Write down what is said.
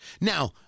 Now